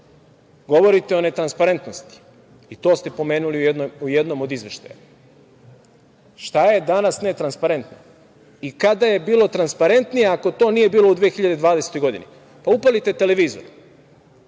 stav. Govorite o netransparentnosti i to ste pomenuli u jednom od izveštaja. Šta je danas netransparentno i kada je bilo transparentnije, ako to nije bilo u 2020. godinu. Pa, upalite televizor,